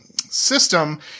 system